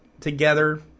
together